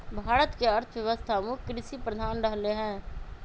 भारत के अर्थव्यवस्था मुख्य कृषि प्रधान रहलै ह